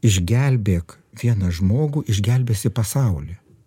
išgelbėk vieną žmogų išgelbėsi pasaulį